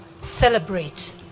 celebrate